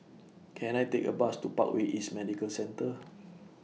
Can I Take A Bus to Parkway East Medical Centre